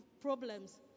problems